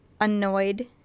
annoyed